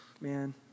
Man